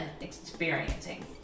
experiencing